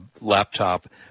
laptop